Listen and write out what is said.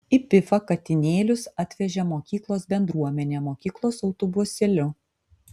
į pifą katinėlius atvežė mokyklos bendruomenė mokyklos autobusėliu